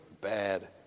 bad